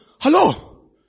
Hello